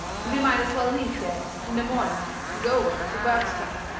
and we might as well leave there in the morning and go over to bairdstown,